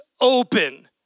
open